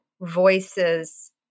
voices